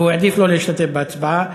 והוא העדיף לא להשתתף בהצבעה.